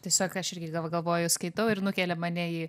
tiesiog aš irgi galvoju skaitau ir nukelia mane į